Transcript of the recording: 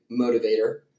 motivator